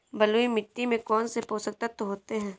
बलुई मिट्टी में कौनसे पोषक तत्व होते हैं?